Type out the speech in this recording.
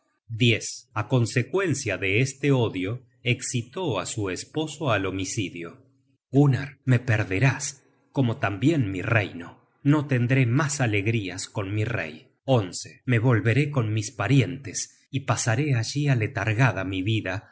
a consecuencia de este odio escitó á su esposo al homicidio gunnar me perderás como tambien mi reino no tendré mas alegrías con mi rey me volveré con mis parientes y pasaré allí aletargada mi vida si